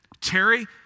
Terry